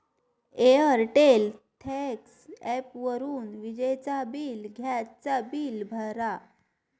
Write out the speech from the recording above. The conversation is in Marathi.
एअरटेल थँक्स ॲपवरून विजेचा बिल, गॅस चा बिल भरा